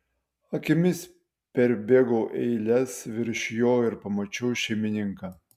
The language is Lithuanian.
akimis perbėgau eiles virš jo ir pamačiau šeimininką